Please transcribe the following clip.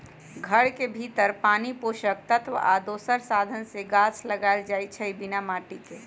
घर के भीतर पानी पोषक तत्व आ दोसर साधन से गाछ लगाएल जाइ छइ बिना माटिके